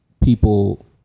People